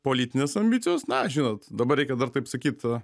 politinės ambicijos na žinot dabar reikia dar taip sakyt